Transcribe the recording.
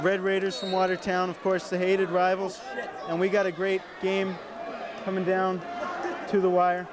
red raiders in watertown of course the hated rivals and we got a great game coming down to the wire